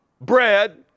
bread